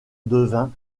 devint